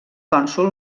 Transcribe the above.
cònsol